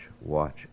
watch